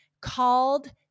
called